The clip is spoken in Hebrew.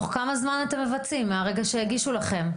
תוך כמה זמן אתם מבצעים מהרגע שהגישו לכם?